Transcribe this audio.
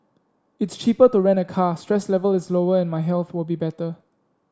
it's cheaper to rent a car stress level is lower and my health will be better